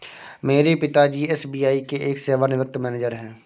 मेरे पिता जी एस.बी.आई के एक सेवानिवृत मैनेजर है